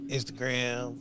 Instagram